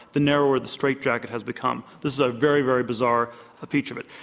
the narrower the straight jacket has become. this is a very, very bizarre feature of it.